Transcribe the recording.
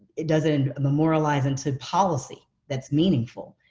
it doesn't memorialize into policy that's meaningful,